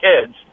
kids